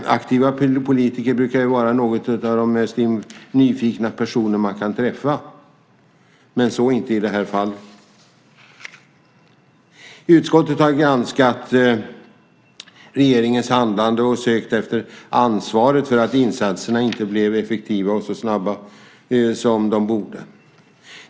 Aktiva politiker brukar vara de mest nyfikna personer man kan träffa, men så är det inte i det här fallet. Utskottet har granskat regeringens handlande och sökt efter ansvaret för att insatserna inte blev så effektiva och snabba som de borde bli.